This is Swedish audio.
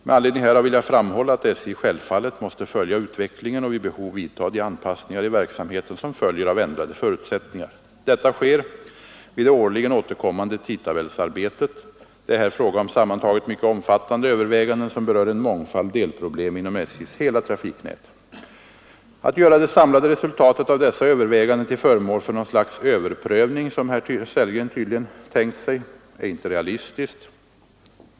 Med anledning härav vill jag framhålla att SJ självfallet måste följa utvecklingen och vid behov vidta de anpassningar i verksamheten som följer av ändrade förutsättningar. Detta sker vid det årligen återkommande tidtabellsarbetet. Det är här fråga om sammantaget mycket omfattande överväganden som berör en mångfald delproblem inom SJ:s hela trafiknät. Att göra det samlade resultatet av dessa överväganden till föremål för något slags överprövning — som herr Sellgren tydligen tänkt sig — är inte realistiskt.